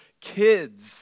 kids